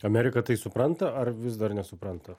amerika tai supranta ar vis dar nesupranta